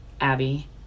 Abby